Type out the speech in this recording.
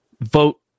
vote